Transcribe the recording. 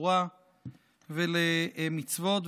לתורה ולמצוות,